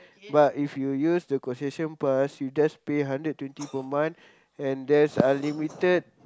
but if you use the concession pass you just pay hundred twenty per month and there's unlimited